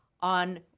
on